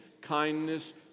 kindness